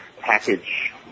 package